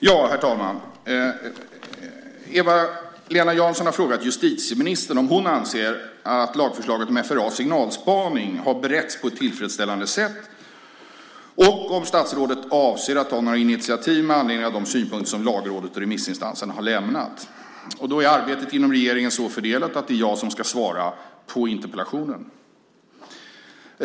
Herr talman! Eva-Lena Jansson har frågat justitieministern om hon anser att lagförslaget om FRA:s signalspaning har beretts på ett tillfredsställande sätt och om statsrådet avser att ta några initiativ med anledning av de synpunkter som Lagrådet och remissinstanserna har lämnat. Arbetet inom regeringen är så fördelat att det är jag som ska svara på interpellationen.